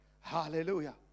hallelujah